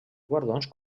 guardons